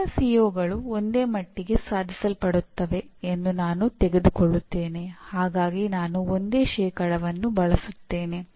ಈಗ ಪ್ರೋಗ್ರಾಮ್ ನಿರ್ದಿಷ್ಟ ಪರಿಣಾಮಗಳಿಗೆ ಬರೋಣ